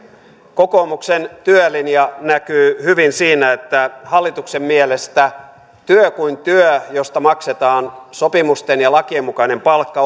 kokoomuksen työlinja näkyy hyvin siinä että hallituksen mielestä työ kuin työ josta maksetaan sopimusten ja lakien mukainen palkka